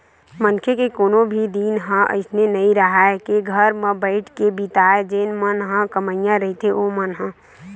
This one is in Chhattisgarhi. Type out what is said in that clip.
मनखे के कोनो भी दिन ह अइसे नइ राहय के घर म बइठ के बितावय जेन मन ह कमइया रहिथे ओमन ह